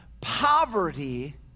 poverty